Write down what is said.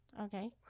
Okay